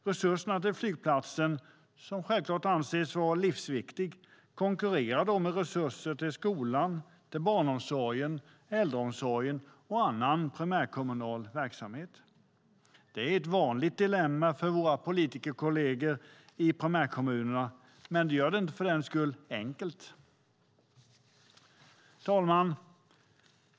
Resurserna till flygplatsen, som självklart anses livsviktig, konkurrerar med resurserna till skolan, barnomsorgen och äldreomsorgen och annan primärkommunal verksamhet. Det är ett vanligt dilemma för våra politikerkollegor i primärkommuner, men det gör det för den skull inte enkelt. Fru talman!